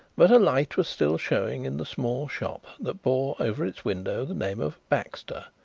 but a light was still showing in the small shop that bore over its window the name of baxter,